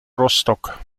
rostock